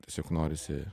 tiesiog norisi